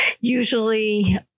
Usually